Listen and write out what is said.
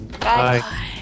Bye